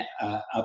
Up